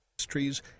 Trees